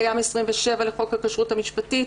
קיים סעיף 27 לחוק הכשרות המשפטית,